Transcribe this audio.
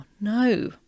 no